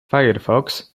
firefox